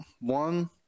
one